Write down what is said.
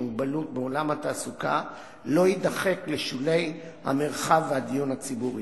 מוגבלות בעולם התעסוקה לא יידחק לשולי המרחב והדיון הציבורי.